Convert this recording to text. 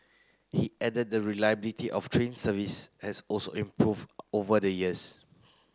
he added that reliability of train service has also improved over the years